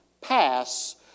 pass